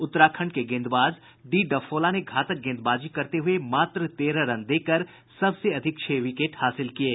उत्तराखंड के गेंदबाज डी डफोला ने घातक गेंदबाजी करते हुए मात्र तेरह रन देकर सबसे अधिक छह विकेट हासिल किये